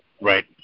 Right